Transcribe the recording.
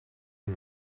nur